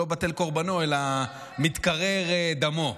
לא בטל קורבנו, אלא מתקרר דמו.